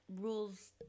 rules